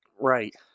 Right